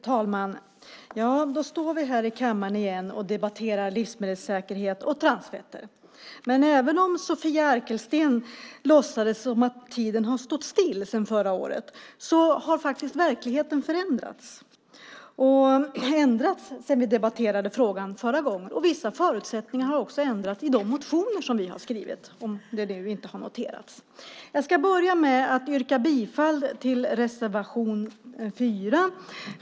Fru talman! Nu står vi här i kammaren och diskuterar livsmedelssäkerhet och transfetter igen. Även om Sofia Arkelsten låtsades att tiden har stått stilla sedan förra året har verkligheten faktiskt förändrats sedan vi debatterade frågan förra gången. Vissa förutsättningar har också ändrats i de motioner som vi har skrivit - om det inte har noterats. Jag ska börja med att yrka bifall till reservation 4.